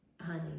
Honey